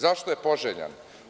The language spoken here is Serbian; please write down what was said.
Zašto je poželjan?